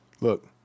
Look